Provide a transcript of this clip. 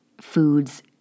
foods